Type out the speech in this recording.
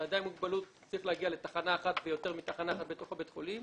ואדם עם מוגבלות שצריך להגיע לתחנה אחת ויותר מתחנה אחת בבית החולים.